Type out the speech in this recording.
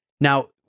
Now